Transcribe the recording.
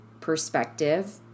perspective